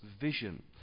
vision